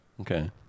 Okay